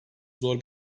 zor